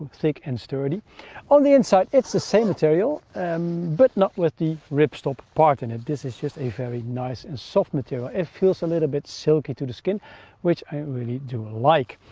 thick and sturdy on the inside it's the same material um but not with the ripstop part in it. this is just a very nice and soft material. it feels a little bit silky to the skin which i really do like.